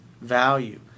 value